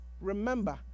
remember